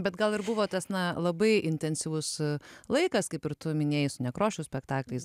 bet gal ir buvo tas na labai intensyvus laikas kaip ir tu minėjus nekrošiaus spektaklis